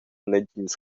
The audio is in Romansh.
negins